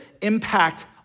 impact